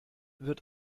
wird